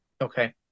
Okay